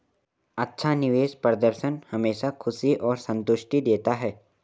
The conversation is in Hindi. अच्छा निवेश प्रदर्शन हमेशा खुशी और संतुष्टि देता है